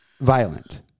violent